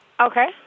Okay